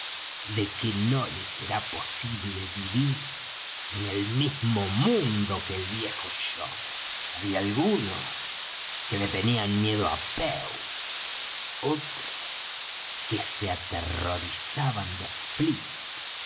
de que no le será posible vivir en el mismo mundo que el viejo john había algunos que le tenían miedo á pew otros que se aterrorizaban de